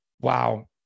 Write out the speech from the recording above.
Wow